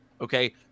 okay